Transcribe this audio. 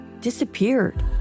disappeared